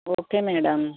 okay madam